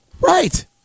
Right